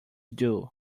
due